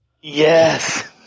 Yes